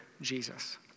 Jesus